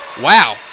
Wow